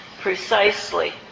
precisely